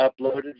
uploaded